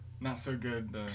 not-so-good